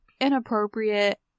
inappropriate